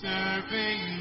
Serving